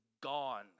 gone